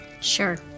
Sure